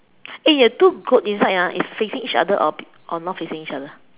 eh the two goat inside ah is facing each other or not facing each other